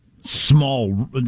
small